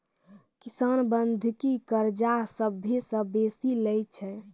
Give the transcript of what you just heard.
किसान बंधकी कर्जा सभ्भे से बेसी लै छै